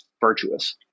virtuous